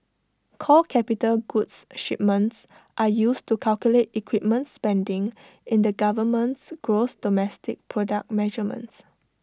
core capital goods shipments are used to calculate equipment spending in the government's gross domestic product measurements